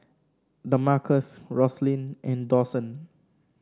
Damarcus Roslyn and Dawson